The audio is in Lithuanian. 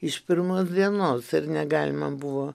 iš pirmos dienos ir negalima buvo